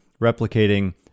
replicating